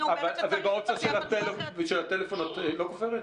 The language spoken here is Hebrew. אני אומרת שצריך --- ובאופציה של הטלפון את לא כופרת?